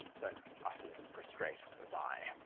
so utterly prostrate was i.